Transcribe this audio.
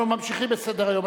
אנחנו ממשיכים בסדר-היום.